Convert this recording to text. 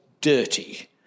dirty